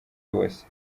bose